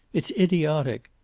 it's idiotic.